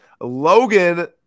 Logan